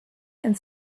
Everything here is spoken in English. and